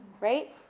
right?